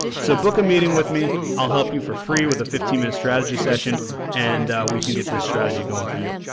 so, book a meeting with me, i'll help you for free with a fifteen minute strategy session and we can get this strategy going for you.